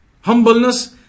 Humbleness